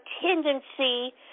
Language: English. tendency